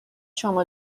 شما